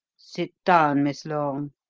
sit down, miss lorne.